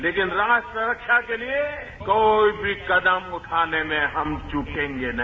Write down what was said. लेकिन राष्ट्र रक्षा के लिए कोई भी कदम उठाने में हम चूकेंगे नहीं